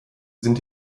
sind